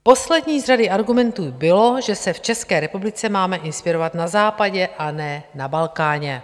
Poslední z řady argumentů bylo, že se v České republice máme inspirovat na Západě, a ne na Balkáně.